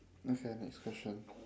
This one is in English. okay next question